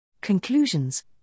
Conclusions